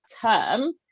term